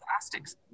plastics